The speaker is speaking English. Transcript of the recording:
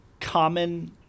common